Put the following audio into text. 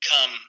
come